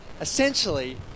essentially